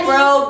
Bro